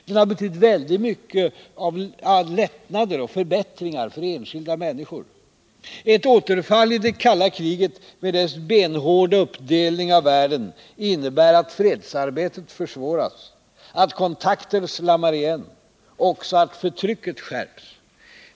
Den har betytt väldigt mycket av lättnader och förbättringar för enskilda människor. Ett återfall i det kalla kriget med dess benhårda uppdelning av världen innebär att fredsarbetet försvåras, att kontakter slammar igen och också att förtrycket skärps.